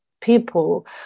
people